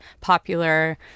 popular